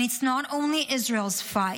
And it’s not only Israel’s fight.